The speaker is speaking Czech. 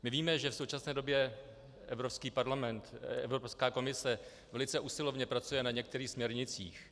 My víme, že v současné době Evropský parlament, Evropská komise velice usilovně pracuje na některých směrnicích.